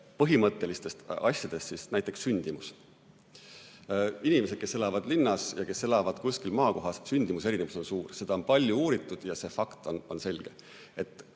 põhimõttelistest asjadest, näiteks sündimusest. Inimesed, kes elavad linnas, ja need, kes elavad kuskil maakohas – nende sündimuse erinevus on suur. Seda on palju uuritud ja see fakt on selge.